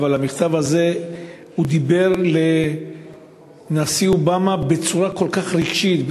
ובמכתב הזה הוא דיבר אל הנשיא אובמה בצורך כל כך רגשית,